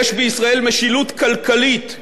יש בישראל משילות כלכלית.